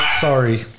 Sorry